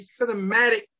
cinematic